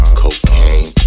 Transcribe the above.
cocaine